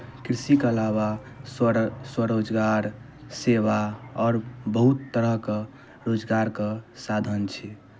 कृषिके अलावा स्वरो स्वरोजगार सेवा आओर बहुत तरहके रोजगारके साधन छै